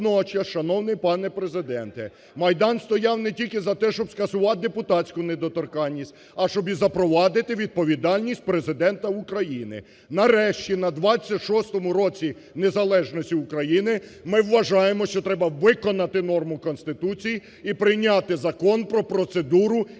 водночас, шановний пане Президенте, Майдан стояв не тільки за те, щоб скасувати депутатську недоторканність, а щоб і запровадити відповідальність Президента України. Нарешті, на 26 році незалежності України, ми вважаємо, що треба виконати норму Конституції і прийняти закон про процедуру імпічменту